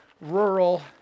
Rural